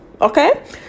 okay